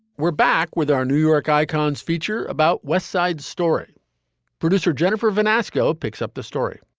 we're back with our new york icons feature about west side story producer jennifer vaughn. asco picks up the story